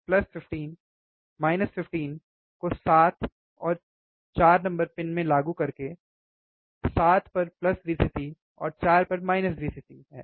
plus 15 minus 15 को 7 और 4 pin में लागू करके 7 Vcc और 4 Vcc या Vee है